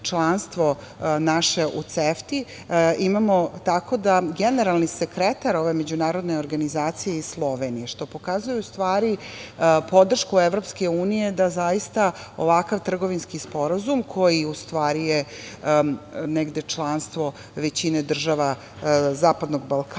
u CEFTA-i imamo, tako da je generalni sekretar ove međunarodne organizacije iz Slovenije, što pokazuje podršku Evropske unije da zaista ovakav trgovinski sporazum koji je u stvari negde članstvo većine država zapadnog Balkana,